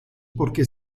porque